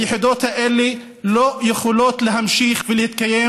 היחידות האלה לא יכולות להמשיך ולהתקיים